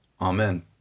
Amen